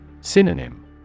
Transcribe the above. Synonym